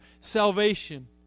salvation